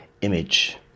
image